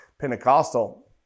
Pentecostal